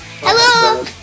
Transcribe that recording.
Hello